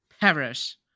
Perish